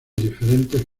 diferentes